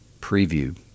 preview